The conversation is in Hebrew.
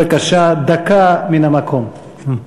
בבקשה, דקה מן המקום.